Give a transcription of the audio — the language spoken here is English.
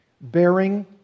bearing